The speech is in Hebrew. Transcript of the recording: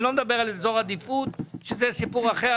אני לא מדבר על אזור עדיפות זה סיפור אחר,